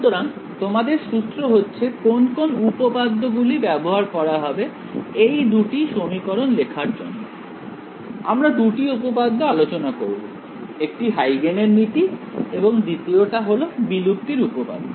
সুতরাং তোমাদের সূত্র হচ্ছে কোন কোন উপপাদ্য গুলি ব্যবহার করা হবে এই দুটি সমীকরণ লেখার জন্য আমরা দুটি উপপাদ্য আলোচনা করব একটি হাইগেন এর নীতি এবং দ্বিতীয়টি হল বিলুপ্তির উপপাদ্য